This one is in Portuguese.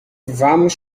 vamos